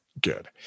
good